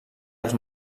els